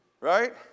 Right